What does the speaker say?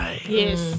Yes